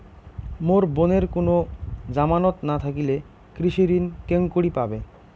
মোর বোনের কুনো জামানত না থাকিলে কৃষি ঋণ কেঙকরি পাবে?